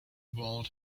world